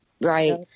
right